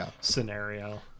scenario